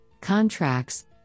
contracts